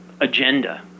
agenda